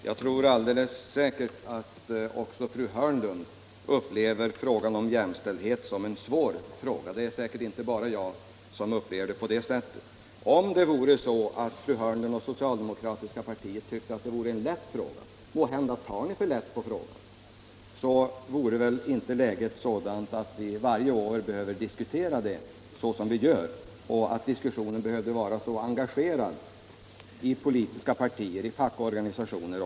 Herr talman! Jag är övertygad om att också fru Hörnlund upplever frågan om jämställdheten som en svår fråga. Det är säkert inte bara jag som upplever den på det sättet. Om det vore så att fru Hörnlund och det socialdemokratiska partiet tyckte att det var en lätt fråga — måhända tar ni för lätt på den — vore väl inte läget sådant att vi varje år behövde diskutera den såsom vi gör. Inte heller behövde väl den diskussionen vara så engagerad i politiska partier och fackliga organisationer.